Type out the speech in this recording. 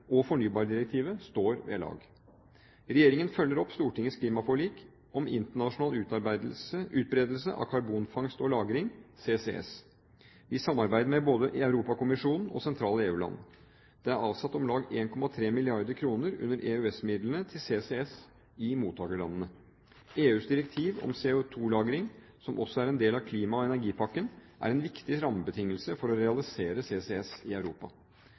og fornybardirektivet, står ved lag. Regjeringen følger opp Stortingets klimaforlik om internasjonal utbredelse av karbonfangst og -lagring, CCS. Vi samarbeider med både Europakommisjonen og sentrale EU-land. Det er avsatt om lag 1,3 mrd. kr under EØS-midlene til CCS i mottakerlandene. EUs direktiv om CO2-lagring, som også er en del av klima- og energipakken, er en viktig rammebetingelse for å realisere CCS i Europa.